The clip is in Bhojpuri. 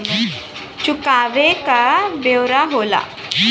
चुकावे क ब्योरा होला